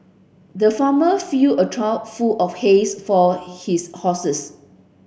the farmer filled a trough full of his for his horses